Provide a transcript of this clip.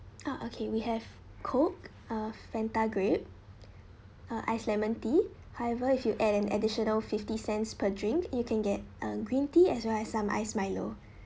ah okay we have coke uh fanta grape uh ice lemon tea however if you add an additional fifty cents per drink you can get a green tea as well as some ice Milo